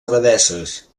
abadesses